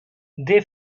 they